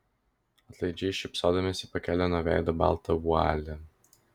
atlaidžiai šypsodamasi pakėlė nuo veido baltą vualį